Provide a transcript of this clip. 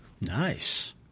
Nice